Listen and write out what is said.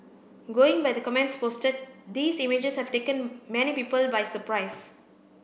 going by the comments posted these images have taken many people by surprise